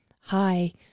hi